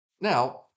Now